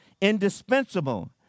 indispensable